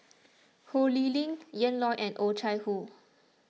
Ho Lee Ling Ian Loy and Oh Chai Hoo